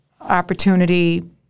opportunity